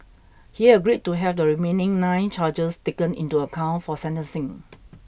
he agreed to have the remaining nine charges taken into account for sentencing